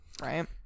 right